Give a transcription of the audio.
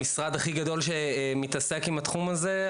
אנחנו המשרד הכי גדול שמתעסק עם התחום הזה,